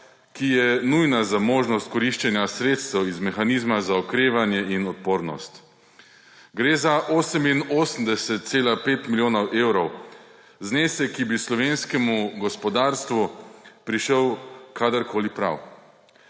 ki je nujna za možnost koriščenja sredstev iz mehanizma za okrevanje in odpornost. Gre za 88,5 milijona evrov, znesek, ki bi slovenskemu gospodarstvu prišel kadarkoli prav.